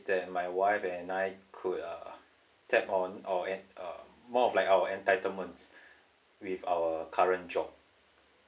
that my wife and I could uh tap on or an uh more of like our entitlements with our current job